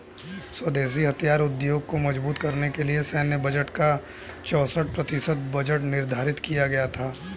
स्वदेशी हथियार उद्योग को मजबूत करने के लिए सैन्य बजट का चौसठ प्रतिशत बजट निर्धारित किया गया था